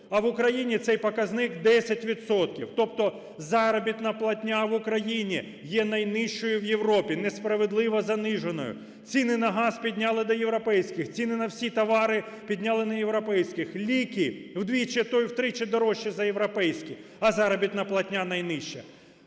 А в Україні цей показник – 10 відсотків! Тобто заробітна платня в Україні є найнижчою в Європі, несправедливо заниженою. Ціни на газ підняли до європейських, ціни на всі товари підняли до європейських, ліки вдвічі, а то і втричі дорожчі за європейські! А заробітна платня найнижча.